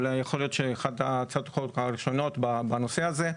אולי יכול להיות שאחת הצעות החוק הראשונות בנושא הזה.